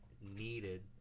needed